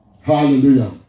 Hallelujah